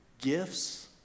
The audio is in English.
gifts